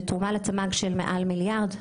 ותרומה לתמ"ג של מעל מיליארד.